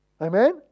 Amen